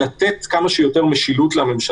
זה אל"ף-בי"ת שהכרזה על מצב חירום יכולה לעבור בכנסת.